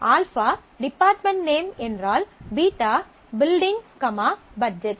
α department name என்றால் β building budget